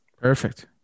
Perfect